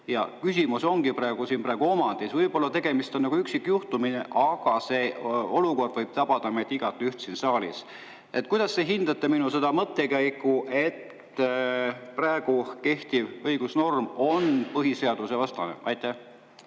Küsimus ongi praegu omandis. Võib-olla on tegemist üksikjuhtumitega, aga see olukord võib tabada meid igaüht siin saalis. Kuidas te hindate minu mõttekäiku, et praegu kehtiv õigusnorm on põhiseadusvastane? Aitäh!